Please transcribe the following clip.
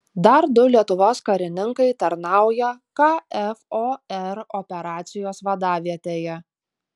dar du lietuvos karininkai tarnauja kfor operacijos vadavietėje